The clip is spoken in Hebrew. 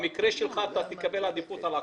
במקרה שלך אתה תקבל עדיפות על אחרים.